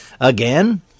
Again